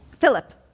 Philip